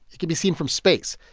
it can be seen from space.